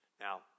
Now